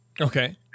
Okay